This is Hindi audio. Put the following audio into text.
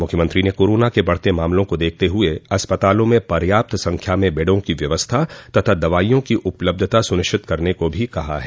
मुख्यमंत्री ने कोरोना के बढ़ते मामलों को देखते हुए अस्पतालों में पर्याप्त संख्या में बेडों की व्यवस्था तथा दवाईयों की उपलब्धता सुनिश्चित करने को भी कहा है